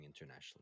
internationally